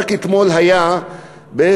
רק אתמול היה בוועדה,